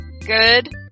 Good